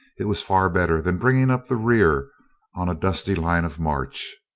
it was far better than bringing up the rear on a dusty line of march.